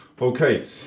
Okay